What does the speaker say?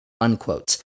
unquote